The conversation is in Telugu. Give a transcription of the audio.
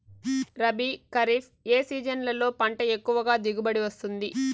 రబీ, ఖరీఫ్ ఏ సీజన్లలో పంట ఎక్కువగా దిగుబడి వస్తుంది